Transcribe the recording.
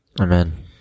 Amen